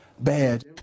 bad